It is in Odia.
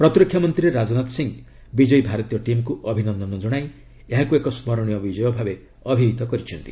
ପ୍ରତୀରକ୍ଷା ମନ୍ତ୍ରୀ ରାଜନାଥ ସିଂହ ବିଜୟୀ ଭାରତୀୟ ଟିମ୍କୁ ଅଭିନନ୍ଦନ ଜଣାଇ ଏହାକୁ ଏକ ସ୍କରଣୀୟ ବିଜୟ ଭାବେ ଅବିହିତ କରିଛନ୍ତି